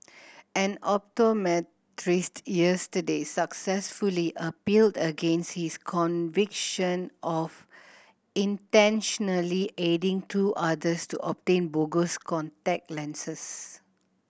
an optometrist yesterday successfully appealed against his conviction of intentionally aiding two others to obtain bogus contact lenses